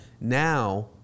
now